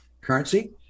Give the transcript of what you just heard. currency